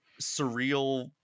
surreal